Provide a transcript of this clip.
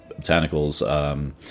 botanicals